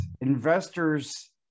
investors